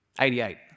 88